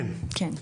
כן.